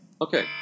Okay